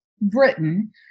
Britain